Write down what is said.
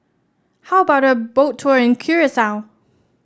how about a Boat Tour in Curacao